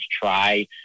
try